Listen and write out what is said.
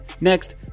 next